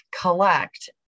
collect